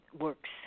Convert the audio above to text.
works